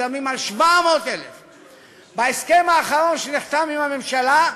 מדברים על 700,000. בהסכם האחרון שנחתם עם הממשלה,